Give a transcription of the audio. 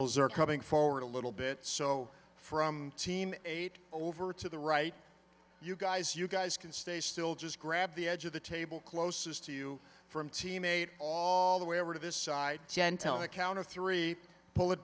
those are coming forward a little bit so from team over to the right you guys you guys can stay still just grab the edge of the table closest to you from teammate all the way over to this side gentle the count of three pull it